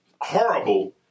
horrible